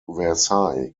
versailles